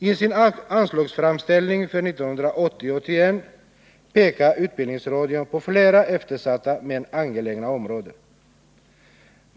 I sin anslagsframställning för budgetåret 1980/81 pekar utbildaingsradion på flera eftersatta men angelägna områden.